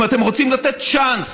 אם אתם רוצים לתת צ'אנס